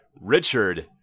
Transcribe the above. Richard